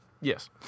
yes